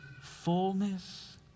fullness